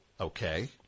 Okay